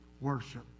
worship